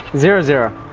zero zero.